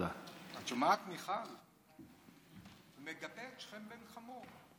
את שומעת, מיכל, הוא מגבה את שכם בן חמור.